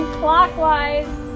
clockwise